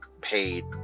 paid